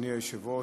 אדוני היושב-ראש,